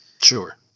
Sure